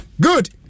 Good